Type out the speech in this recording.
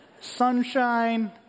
sunshine